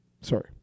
Sorry